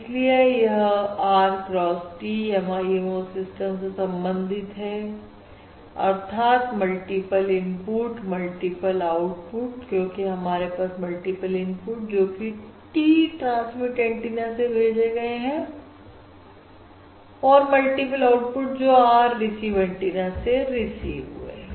इसलिए यह R cross T MIMO system से संबंधित है अर्थात मल्टीपल इनपुट मल्टीपल आउटपुट क्योंकि हमारे पास मल्टीपल इनपुट जोकि T ट्रांसमिट एंटीना से भेजे गए हैं मल्टीपल आउटपुट जो R रिसीव एंटीना से रिसीव हुए हैं